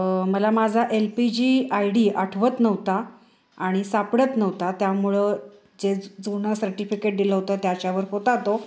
मला माझा L P G I D आठवत नव्हता आणि सापडत नव्हता त्यामुळं जे जुनं सर्टिफिकेट दिलं होतं त्याच्यावर होता तो